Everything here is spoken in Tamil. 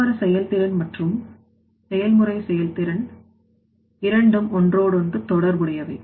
தாவர செயல்திறன் மற்றும் செயல்முறை செயல்திறன் இரண்டும் ஒன்றோடொன்று தொடர்புடையவை